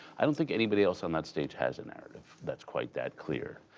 i don't think anybody else on that stage has narrative that's quite that clear.